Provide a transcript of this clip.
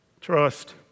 Trust